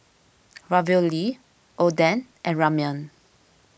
Ravioli Oden and Ramyeon